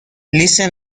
لیست